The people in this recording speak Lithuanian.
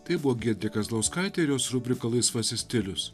tai buvo giedrė kazlauskaitė ir jos rubrika laisvasis stilius